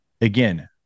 again –